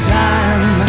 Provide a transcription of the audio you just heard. time